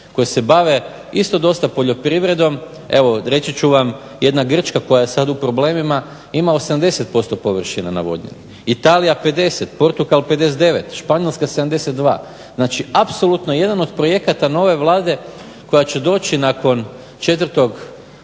koje se bave isto poljoprivredom, evo reći ću vam jedna Grčka koja je sada u problemima ima 80% površina navodnjenih, Italija 50%, Portugal 59%, Španjolska 72. Znači apsolutno jedan od projekta nove vlade koja će doći nakon 4.12.